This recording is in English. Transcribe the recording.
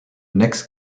next